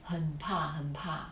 很怕很怕